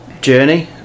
journey